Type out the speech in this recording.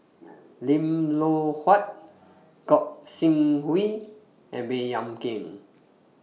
Lim Loh Huat Gog Sing Hooi and Baey Yam Keng